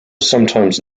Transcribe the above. sometimes